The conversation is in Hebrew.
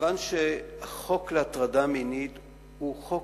כיוון שהחוק להטרדה מינית הוא חוק